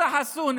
מוסא חסונה,